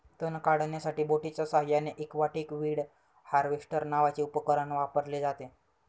तण काढण्यासाठी बोटीच्या साहाय्याने एक्वाटिक वीड हार्वेस्टर नावाचे उपकरण वापरले जाते